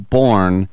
born